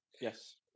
Yes